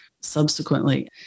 subsequently